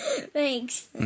Thanks